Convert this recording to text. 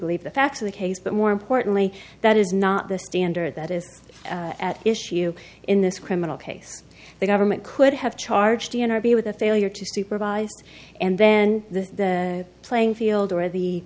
believe the facts of the case but more importantly that is not the standard that is at issue in this criminal case the government could have charged the interview with a failure to supervised and then the playing field or the